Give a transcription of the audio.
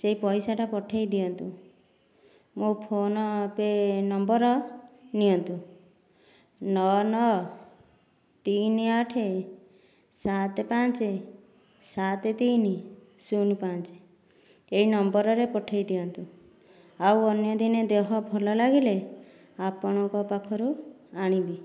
ସେହି ପଇସାଟା ପଠାଇଦିଅନ୍ତୁ ମୋ ଫୋନ ପେ ନମ୍ବର ନିଅନ୍ତୁ ନଅ ନଅ ତିନି ଆଠ ସାତ ପାଞ୍ଚ ସାତ ତିନି ଶୂନ ପାଞ୍ଚ ଏହି ନମ୍ବରରେ ପଠାଇଦିଅନ୍ତୁ ଆଉ ଅନ୍ୟ ଦିନ ଦେହ ଭଲ ଲାଗିଲେ ଆପଣଙ୍କ ପାଖରୁ ଆଣିବି